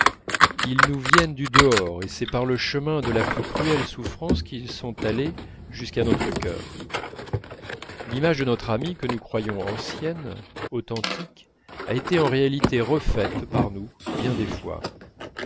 ils nous viennent du dehors et c'est par le chemin de la plus cruelle souffrance qu'ils sont allés jusqu'à notre cœur l'image de notre amie que nous croyons ancienne authentique a été en réalité refaite par nous bien des fois